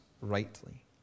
rightly